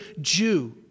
Jew